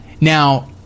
now